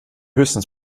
höchstens